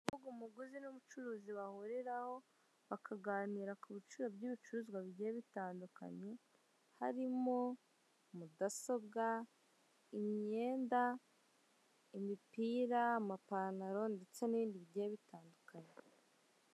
Urububuga umuguzu n'umucuruzi bahuriraho bakaganira bakaganira ku biciro by'ibicuruzwa bigiye bitandukanye harimo mudasobwa imyenda, imipira, amapanytaro ndetse n'ibindi bigiye bitandukanye.